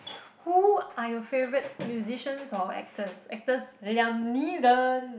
who are your favourite musicians or actors actors Liam-Neeson